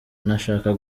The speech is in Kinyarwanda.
ntashaka